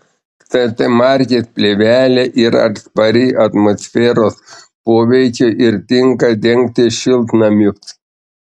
ct markės plėvelė yra atspari atmosferos poveikiui ir tinka dengti šiltnamius